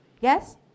yes